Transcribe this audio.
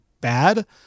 bad